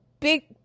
Big